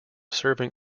serving